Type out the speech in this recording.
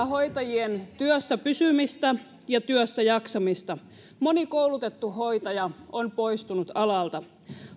hoitajien työssä pysymistä ja työssäjaksamista moni koulutettu hoitaja on poistunut alalta